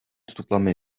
tutuklama